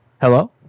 Hello